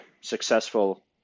successful